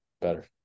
better